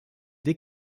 dès